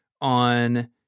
on